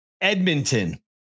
Edmonton